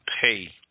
pay